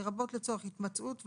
לרבות לצורך התמצאות,